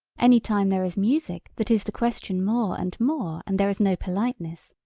any time there is music that is to question more and more and there is no politeness,